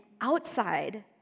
outside